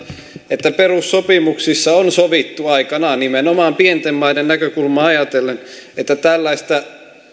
että perussopimuksissa on sovittu aikanaan nimenomaan pienten maiden näkökulmaa ajatellen että tällaista